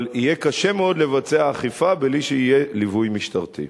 אבל יהיה קשה מאוד לבצע אכיפה בלי שיהיה ליווי משטרתי.